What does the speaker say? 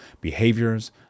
behaviors